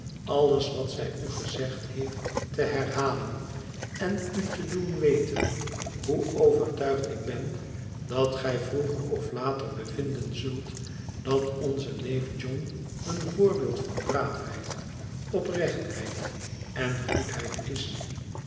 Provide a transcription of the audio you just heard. alles wat zij u gezegd heeft te herhalen en u te doen weten hoe overtuigd ik ben dat gij vroeger of later bevinden zult dat onze neef john een voorbeeld van braafheid oprechtheid en goedheid is